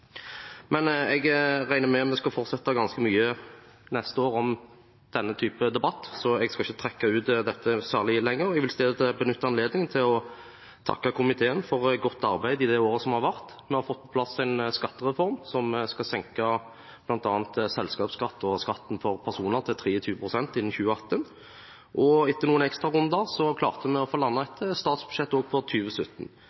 Men jeg regner med at vi skal fortsette neste år med denne type debatt, så jeg skal ikke trekke ut dette særlig lenger. Jeg vil benytte anledningen til å takke komiteen for godt arbeid i det året som har vært. Vi har fått på plass en skattereform som bl.a. skal senke selskapsskatt og skatten for personer til 23 pst. innen 2018. Etter noen ekstrarunder klarte vi å få